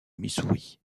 missouri